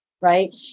Right